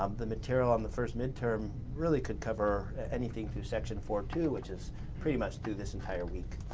um the material on the first midterm really could cover anything through section four two which is pretty much through this entire week.